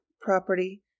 property